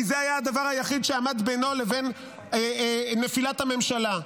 כי זה היה הדבר היחיד שעמד בינו לבין נפילת הממשלה.